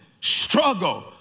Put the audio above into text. struggle